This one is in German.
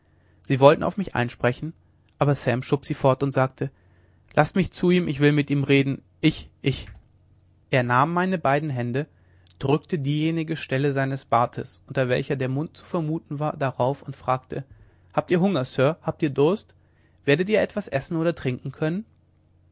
sie wollten auf mich einsprechen aber sam schob sie fort und sagte laßt mich zu ihm ich will mit ihm reden ich ich er nahm meine beiden hände drückte diejenige stelle seines bartes unter welcher der mund zu vermuten war darauf und fragte habt ihr hunger sir habt ihr durst werdet ihr etwas essen oder trinken können